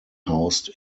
housed